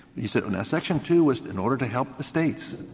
you said, now section two was in order to help the states.